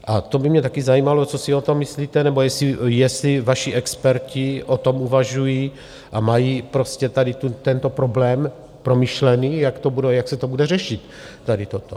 A to by mě taky zajímalo, co si o tom myslíte, nebo jestli vaši experti o tom uvažují a mají prostě tady tento problém promyšlený, jak to bude, jak se to bude řešit tady toto.